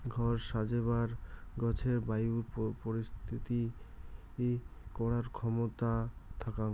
ঘর সাজেবার গছের বায়ু পরিশ্রুতি করার ক্ষেমতা থাকং